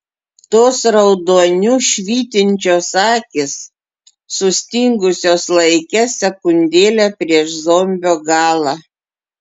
tos raudoniu švytinčios akys sustingusios laike sekundėlę prieš zombio galą